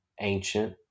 ancient